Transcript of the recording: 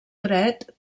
dret